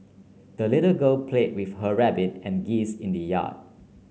the little girl play with her rabbit and geese in the yard